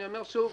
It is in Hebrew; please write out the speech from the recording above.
אני אומר שוב,